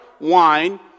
wine